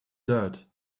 dirt